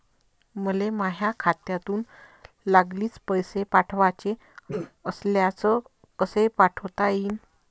मले माह्या खात्यातून लागलीच पैसे पाठवाचे असल्यास कसे पाठोता यीन?